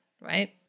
right